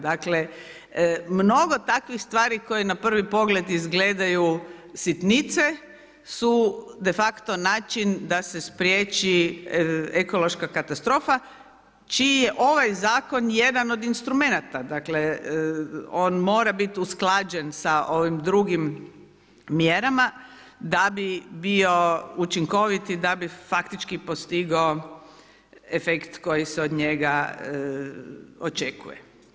Dakle mnogo takvih stvari koje na prvi pogled izgledaju sitnice su de facto način da se spriječi ekološka katastrofa čiji je ovaj zakon jedan od instrumenata dakle on mora biti usklađen sa ovim drugim mjerama da bi bio učinkovit i da bi faktički postigao efekt koji se od njega očekuju.